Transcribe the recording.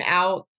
out